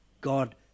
God